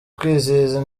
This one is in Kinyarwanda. kwizihiza